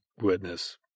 witness